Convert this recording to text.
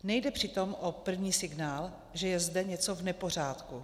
Nejde přitom o první signál, že je zde něco v nepořádku.